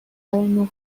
نوح